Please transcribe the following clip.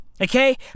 Okay